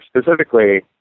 specifically